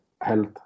health